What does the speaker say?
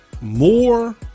more